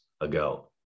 ago